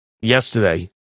yesterday